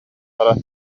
баран